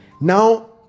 Now